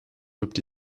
rubbed